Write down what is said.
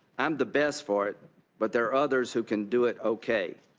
i'm the best for it but there are others who can do it okay.